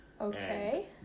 Okay